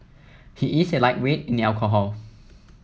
he is a lightweight in alcohol